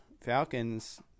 Falcons